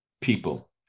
people